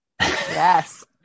Yes